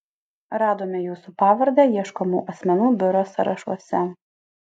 radome jūsų pavardę ieškomų asmenų biuro sąrašuose